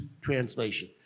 translation